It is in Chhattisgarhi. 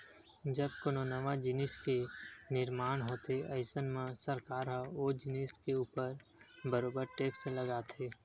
जब कोनो नवा जिनिस के निरमान होथे अइसन म सरकार ह ओ जिनिस के ऊपर बरोबर टेक्स लगाथे